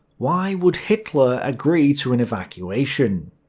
why would hitler agree to an evacuation?